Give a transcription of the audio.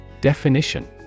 Definition